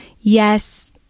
yes